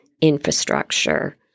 infrastructure